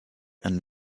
and